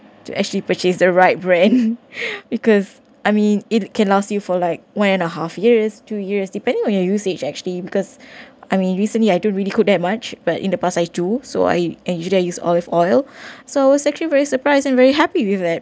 to actually purchase the right brand because I mean it can last you for like one and a half years two years depending on your usage actually because I mean recently I don't really cook that much but in the past I do so I and usually I use olive oil so it was actually very surprised and very happy with it